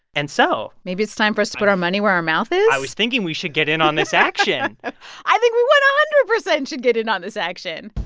and so. maybe it's time for us to put our money where our mouth is i was thinking we should get in on this action i think we one hundred percent should get in on this action